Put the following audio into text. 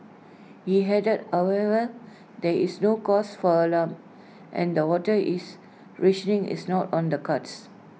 he added however there is no cause for alarm and that water is rationing is not on the cards